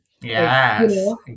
Yes